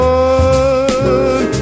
one